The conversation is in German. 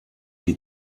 die